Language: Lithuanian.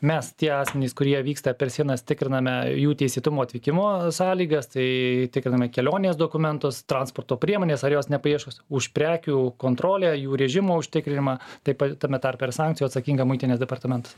mes tie asmenys kurie vyksta per sienas tikriname jų teisėtumo atvykimo sąlygas tai tikriname kelionės dokumentus transporto priemones ar jos ne paieškios už prekių kontrolę jų režimo užtikrinimą taip pat tame tarpe ir sankcijų atsakinga muitinės departamentas